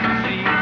see